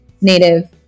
Native